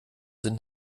sind